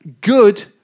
good